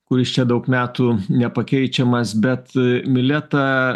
kuris čia daug metų nepakeičiamas bet mileta